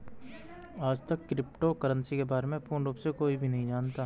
आजतक crypto currency के बारे में पूर्ण रूप से कोई भी नहीं जानता है